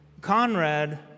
Conrad